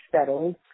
settled